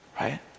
right